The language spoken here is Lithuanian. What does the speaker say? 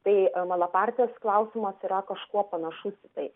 tai malapartės klausimas yra kažkuo panašus į tai